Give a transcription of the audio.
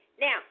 Now